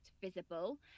Visible